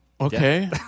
Okay